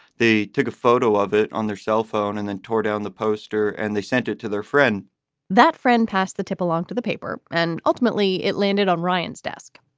they took a photo of it on their cell phone and then tore down the poster and they sent it to their friend that friend passed the tip along to the paper and ultimately it landed on ryan's desk.